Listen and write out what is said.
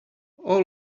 all